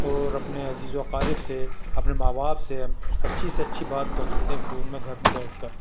اور اپنے عزیز و اقارب سے اپنے ماں باپ سے اچھی سے اچھی بات کر سکتے ہیں فون میں گھر میں بیٹھ کر